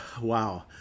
wow